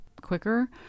quicker